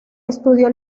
estudió